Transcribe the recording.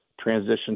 transition